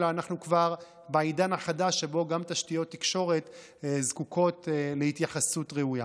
אלא אנחנו כבר בעידן חדש שבו גם תשתיות תקשורת זקוקות להתייחסות ראויה.